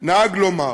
נהג לומר